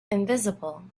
invisible